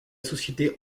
société